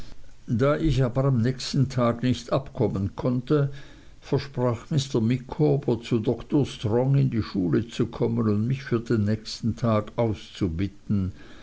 da ich aber am nächsten tag nicht abkommen konnte versprach mr micawber zu dr strong in die schule zu kommen und mich für den nächsten tag auszubitten